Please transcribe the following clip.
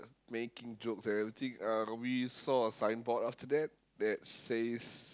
making jokes and everything uh we saw a signboard after that that says